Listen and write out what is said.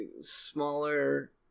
smaller